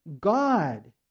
God